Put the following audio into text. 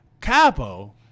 Capo